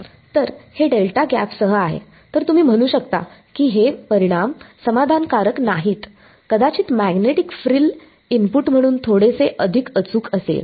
तर हे डेल्टा गॅपसह आहे तर तुम्ही म्हणू शकता की हे परिणाम समाधानकारक नाहीत कदाचित मॅग्नेटिक फ्रिल इनपुट म्हणून थोडेसे अधिक अचूक असेल